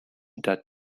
that